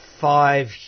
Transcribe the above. five